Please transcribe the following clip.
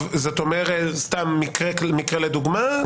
מקרה לדוגמה,